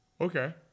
Okay